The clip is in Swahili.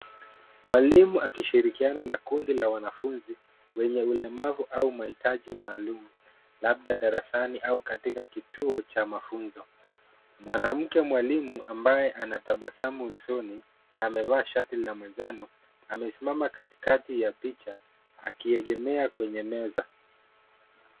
Mwalimu akishirikiana na kundi la wanafunzi wenye ulemavu au mahitaji maalum labda darasani au katika kituo cha mafunzo. Mwanamke mwalimu ambaye ana tabasamu usoni na amevaa shati la manjano amesimama katikati ya picha akiegemea kwenye meza.